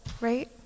right